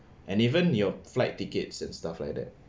and even your flight tickets and stuff like that